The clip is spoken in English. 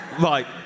Right